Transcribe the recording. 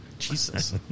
Jesus